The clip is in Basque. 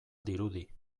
dirudi